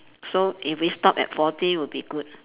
so if we stop at forty would be good